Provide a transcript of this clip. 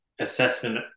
assessment